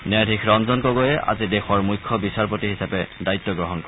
ন্যায়াধীশ ৰঞ্জন গগৈয়ে আজি দেশৰ মুখ্য বিচাৰপতি হিচাপে দায়িত্ব গ্ৰহণ কৰিব